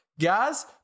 Guys